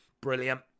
brilliant